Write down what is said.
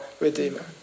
Redeemer